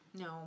No